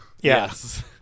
Yes